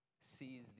sees